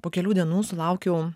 po kelių dienų sulaukiau